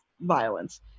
violence